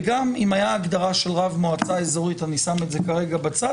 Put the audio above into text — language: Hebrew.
וגם אם הייתה הגדרה של רב מועצה אזורית אני שם את זה כרגע בצד,